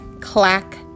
Clack